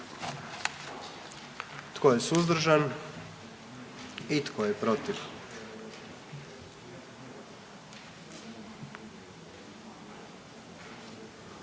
Tko je suzdržan? Tko je protiv?